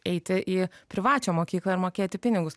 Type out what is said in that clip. eiti į privačią mokyklą ir mokėti pinigus